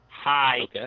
Hi